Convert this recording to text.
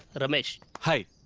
ramesh. hi.